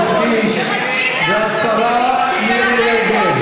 חבר'ה, חבר הכנסת קיש והשרה מירי רגב.